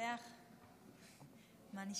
יש